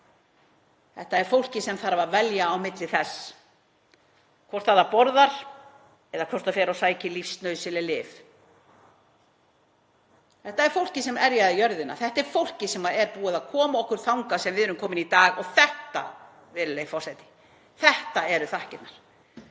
Þetta er fólkið sem þarf að velja á milli þess að borða eða fara og sækja lífsnauðsynleg lyf. Þetta er fólkið sem erjaði jörðina. Þetta er fólkið sem er búið að koma okkur þangað sem við erum komin í dag og þetta, virðulegi forseti, eru þakkirnar.